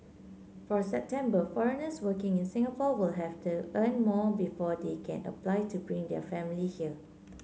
from September foreigners working in Singapore will have to earn more before they can apply to bring their family here